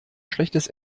schlechtes